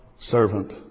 servant